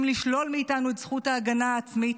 לשלול מאיתנו את זכות ההגנה העצמית,